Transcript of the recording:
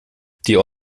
die